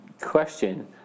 question